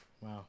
Wow